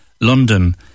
London